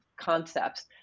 concepts